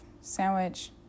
sandwich